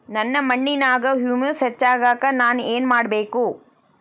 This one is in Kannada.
ನನ್ನ ಮಣ್ಣಿನ್ಯಾಗ್ ಹುಮ್ಯೂಸ್ ಹೆಚ್ಚಾಕ್ ನಾನ್ ಏನು ಮಾಡ್ಬೇಕ್?